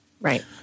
Right